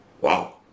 wow